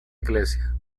iglesia